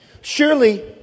Surely